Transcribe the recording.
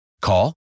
Call